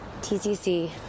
TCC